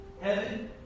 heaven